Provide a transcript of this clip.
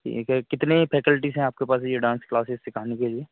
यह के कितने फैकल्टीज़ है आपके पास यह डान्स क्लासेज सिखाने के लिए